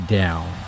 down